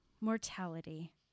mortality